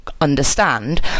understand